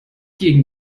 gegen